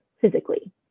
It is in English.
physically